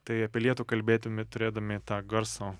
tai apie lietų kalbėtumi turėdami tą garsą